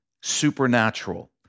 supernatural